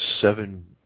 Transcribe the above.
seven